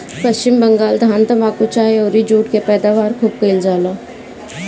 पश्चिम बंगाल धान, तम्बाकू, चाय अउरी जुट के पैदावार खूब कईल जाला